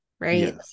right